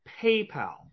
PayPal